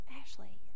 Ashley